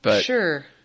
Sure